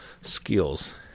skills